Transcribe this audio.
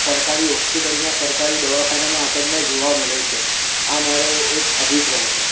સરકારી હોસ્પિટલમાં સરકારી દવાખાનામાં આપણને જોવા મળે છે આ મારો એક અભિપ્રાય છે